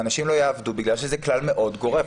אנשים לא יעבדו, בגלל שזה כלל מאוד גורף.